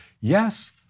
Yes